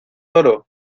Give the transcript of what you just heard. oro